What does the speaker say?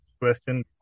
question